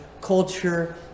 culture